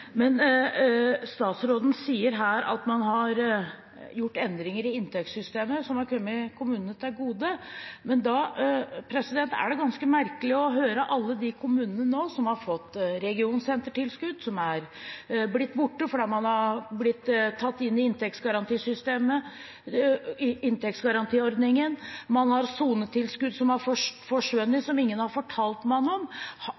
Men da er det ganske merkelig å høre alle de kommunene der regionsentertilskudd nå er blitt borte – fordi man er blitt tatt inn i inntektsgarantiordningen. Man har sonetilskudd som har forsvunnet, som ingen har fortalt om.